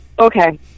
Okay